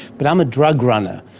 but i'm a drug runner,